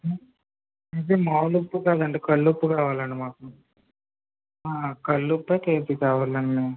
ఇది మాములు ఉప్పు కాదండి కల్లుప్పు కావాలండి మాకు కల్లుప్పే కేజీ కావాలండి